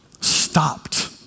stopped